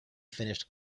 finished